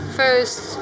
first